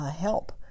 help